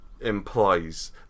implies